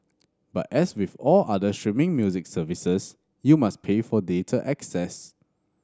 but as with all other streaming music services you must pay for data access